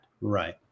right